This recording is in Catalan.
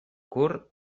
curt